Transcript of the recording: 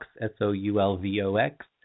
S-O-U-L-V-O-X